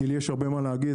כי לי יש הרבה מה להגיד,